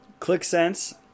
ClickSense